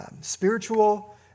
spiritual